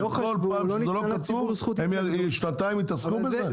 שבכל פעם שזה לא כתוב הם שנתיים יתעסקו בזה?